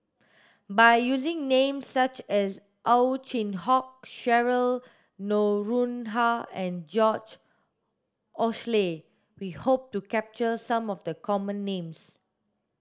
by using names such as Ow Chin Hock Cheryl Noronha and George Oehler we hope to capture some of the common names